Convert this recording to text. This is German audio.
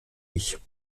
ich